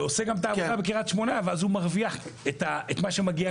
ועושה גם את העבודה בקרית שמונה ואז הוא מרוויח את מה שמגיע לו.